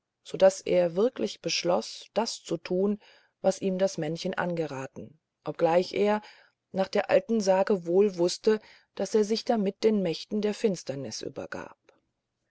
so daß er wirklich beschloß das zu tun was ihm das männchen angeraten obgleich er nach der alten sage wohl wußte daß er sich damit den mächten der finsternis übergab